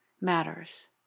matters